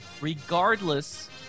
Regardless